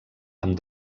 amb